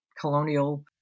colonial